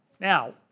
Now